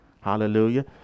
Hallelujah